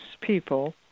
people